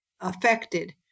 affected